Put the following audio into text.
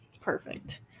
perfect